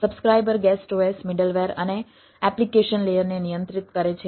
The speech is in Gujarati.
સબ્સ્ક્રાઇબર ગેસ્ટ OS મિડલવેર અને એપ્લિકેશન લેયરને નિયંત્રિત કરે છે